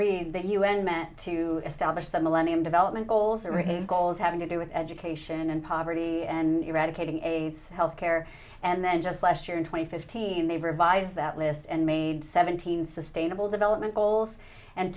read that u n meant to establish the millennium development goals and making goals having to do with education and poverty and eradicating aids healthcare and then just last year in twenty fifteen they've revised that list and made seventeen sustainable development goals and